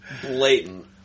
Blatant